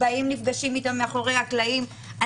נפגשים איתו מאחורי הקלעים.